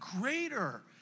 greater